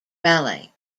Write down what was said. ballet